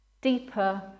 deeper